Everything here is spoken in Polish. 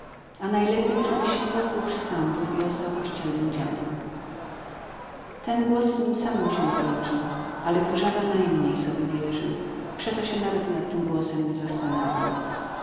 a najlepiej żebyś się pozbył przesądów i ostał kościelnym dziadem ten głos w nim samym się zrodził ale kurzawa najmniej sobie wierzył przeto się nawet nad tym głosem i nie zastanawiał